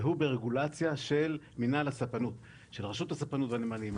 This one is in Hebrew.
והוא ברגולציה של רשות הספנות והנמלים.